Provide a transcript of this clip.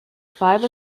five